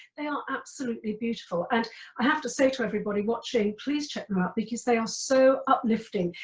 they are absolutely beautiful. and i have to say to everybody watching, please check them out because they are so uplifting.